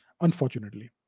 Unfortunately